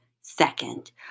Second